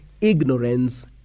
ignorance